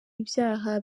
ibyaha